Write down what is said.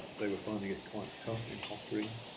they were finding it quite tough in hockering